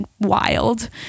wild